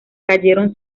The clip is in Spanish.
cayeron